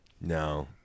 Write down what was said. No